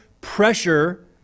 pressure